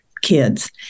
kids